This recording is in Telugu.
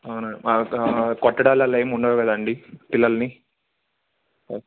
అవునా మా కొట్టడాాలు అలా ఏం ఉండవు కదండీ పిల్లల్ని